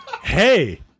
hey